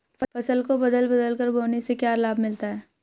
फसल को बदल बदल कर बोने से क्या लाभ मिलता है?